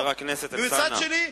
מצד שני,